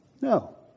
no